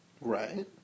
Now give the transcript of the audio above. right